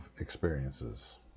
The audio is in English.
experiences